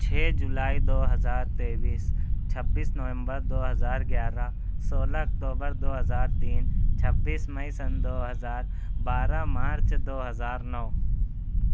چھ جولائی دو ہزار تئیس چھبیس نومبر دو ہزار گیارہ سولہ اکتوبر دو ہزار تین چھبیس مئی سن دو ہزار بارہ مارچ دو ہزار نو